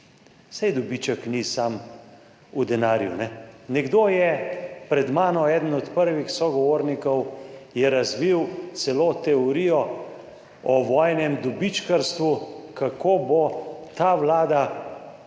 saj dobiček ni samo v denarju. Nekdo je pred mano, eden od prvih sogovornikov je razvil celo teorijo o vojnem dobičkarstvu: kako bo ta vlada